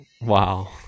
Wow